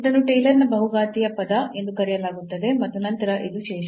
ಇದನ್ನು ಟೇಲರ್ನ ಬಹುಘಾತೀಯ ಪದ Taylor's polynomial ಎಂದು ಕರೆಯಲಾಗುತ್ತದೆ ಮತ್ತು ನಂತರ ಇದು ಶೇಷ